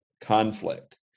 Conflict